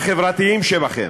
החברתיים שבכם.